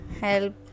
help